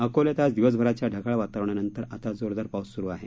अकोल्यात आज दिवसभराच्या ढगाळ वातावरणानंतर आता जोरदार पाऊस सुरू आहे